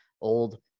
old